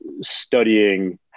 studying